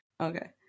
Okay